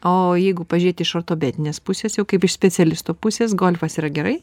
o jeigu pažiūrėti iš ortopedinės pusės jau kaip iš specialisto pusės golfas yra gerai